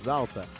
alta